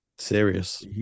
Serious